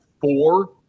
four